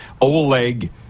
Oleg